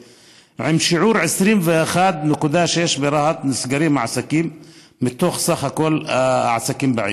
שיעור של 21.6% עסקים שנסגרים ברהט מתוך סך כל העסקים בעיר.